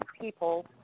people